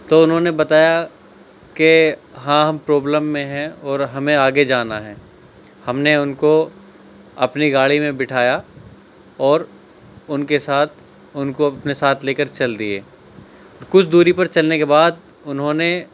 تو انہوں نے بتایا کہ ہاں ہم پرابلم میں ہیں اور ہمیں آگے جانا ہے ہم نے ان کو اپنی گاڑی میں بٹھایا اور ان کے ساتھ ان کو اپنے ساتھ لے کر چل دئے کچھ دوری پر چلنے کے بعد انہوں نے